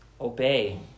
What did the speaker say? obey